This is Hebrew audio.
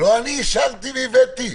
לא אני אישרתי והבאתי?